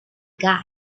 guide